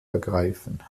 ergreifen